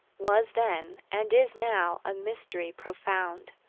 was then, and is now, a mystery profound.